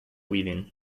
weaving